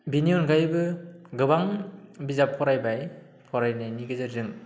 बिनि अनगायैबो गोबां बिजाब फरायबाय फरायनायनि गेजेरजों